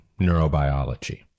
neurobiology